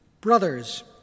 Brothers